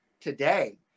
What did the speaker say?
today